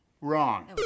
Wrong